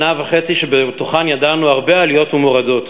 שנה וחצי שבתוכן ידענו הרבה עליות ומורדות.